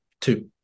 two